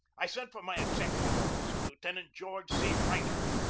i sent for my executive officer, lieutenant george c. reiter,